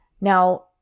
Now